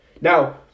Now